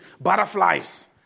butterflies